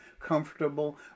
comfortable